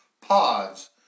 pods